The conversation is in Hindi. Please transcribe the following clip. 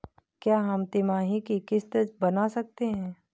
क्या हम तिमाही की किस्त बना सकते हैं?